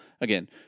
again